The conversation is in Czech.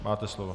Máte slovo.